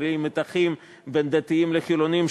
קרי: מתחים בין דתיים לחילונים,